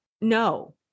No